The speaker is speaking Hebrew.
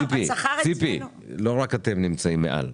ציפי, לא רק אתם נמצאים מעל.